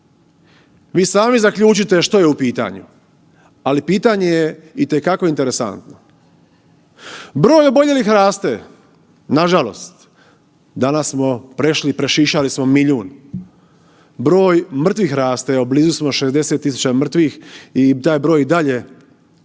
Vi sami zaključite što je u pitanju, ali pitanje je itekako interesantno. Broj oboljelih raste nažalost, danas smo prešli i prešišali smo milijun, broj mrtvih raste evo blizu smo 60.000 mrtvih i taj broj i dalje